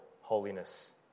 holiness